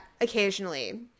occasionally